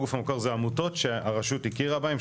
הגוף המוכר זה העמותות שהרשות הכירה בהן,